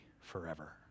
forever